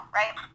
right